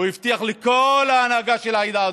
הוא הבטיח לכל ההנהגה של העדה הדרוזית.